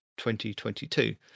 2022